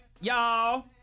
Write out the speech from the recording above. y'all